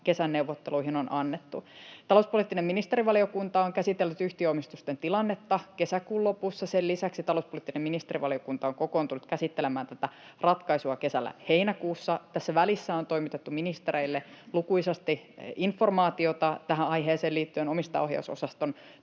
kesän neuvotteluihin on annettu. Talouspoliittinen ministerivaliokunta on käsitellyt yhtiöomistusten tilannetta kesäkuun lopussa. Sen lisäksi talouspoliittinen ministerivaliokunta on kokoontunut käsittelemään tätä ratkaisua kesällä heinäkuussa. Tässä välissä on toimitettu ministereille lukuisasti informaatiota tähän aiheeseen liittyen omistajaohjausosaston